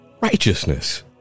righteousness